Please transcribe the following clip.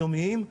יומיים,